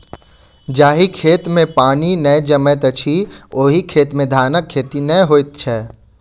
जाहि खेत मे पानि नै जमैत छै, ओहि खेत मे धानक खेती नै होइत छै